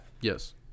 Yes